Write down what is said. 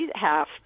half